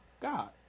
God